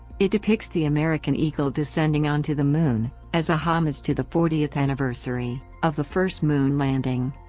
it depicts the american eagle descending onto the moon, as a homage to the fortieth anniversary of the first moon landing.